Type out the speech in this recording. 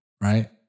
right